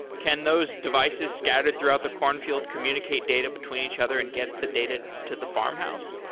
can those devices scatter throughout the cornfield, communicate data between each other and get the data to the farmhouse?